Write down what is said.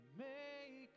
make